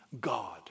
God